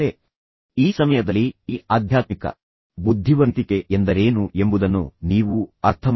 ಆದರೆ ಈ ಸಮಯದಲ್ಲಿ ಈ ಆಧ್ಯಾತ್ಮಿಕ ಬುದ್ಧಿವಂತಿಕೆ ಎಂದರೇನು ಎಂಬುದನ್ನು ನೀವು ಅರ್ಥಮಾಡಿಕೊಳ್ಳಬೇಕೆಂದು ನಾನು ಬಯಸುತ್ತೇನೆ